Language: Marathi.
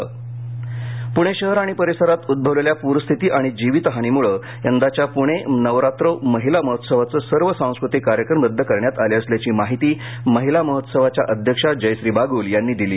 नवरात्रौ पूणे शहर आणि परिसरात उद्भवलेल्या प्रस्थिती आणि जीवितहानीमुळे यंदाच्या पूणे नवरात्रौ महिला महोत्सवाचे सर्व सांस्कृतिक कार्यक्रम रद्द करण्यात आले असल्याची माहिती महिला महोत्सवाच्या अध्यक्षा जयश्री बागुल यांनी दिली